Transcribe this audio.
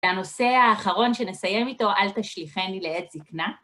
והנושא האחרון שנסיים איתו, אל תשליכני לעת זקנה.